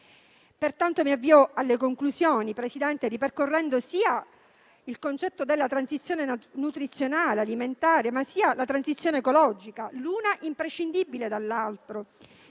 Mi avvio alla conclusione, Presidente, ripercorrendo sia il concetto della transizione nutrizionale alimentare, sia il concetto della transizione ecologica, l'uno imprescindibile dall'altro,